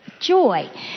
joy